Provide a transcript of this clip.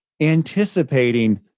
anticipating